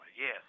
yes